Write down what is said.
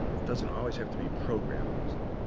it doesn't always have to be programmed music.